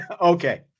Okay